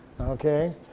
Okay